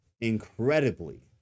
incredibly